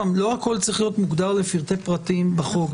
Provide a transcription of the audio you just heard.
לא הכול צריך להיות מוגדר לפרטי פרטים בחוק,